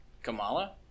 Kamala